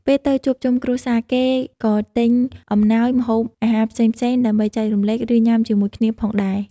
ពេលទៅជួបជុំគ្រួសារ គេក៏ទិញអំណោយ ម្ហូបអាហារផ្សេងៗដើម្បីចែករំលែក ឬ ញុាំជាមួយគ្នាផងដែរ។